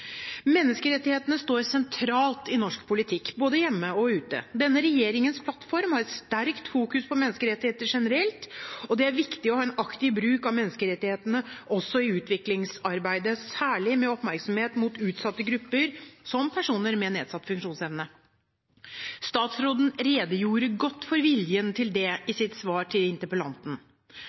Menneskerettighetene står sentralt i norsk politikk, både hjemme og ute. Denne regjeringens plattform har et sterkt fokus på menneskerettigheter generelt, og det er viktig å ha en aktiv bruk av menneskerettighetene også i utviklingssamarbeidet, særlig med oppmerksomhet mot utsatte grupper, som personer med nedsatt funksjonsevne. Statsråden redegjorde godt for viljen til det i sitt svar til interpellanten.